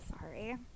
sorry